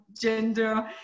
gender